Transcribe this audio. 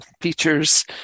features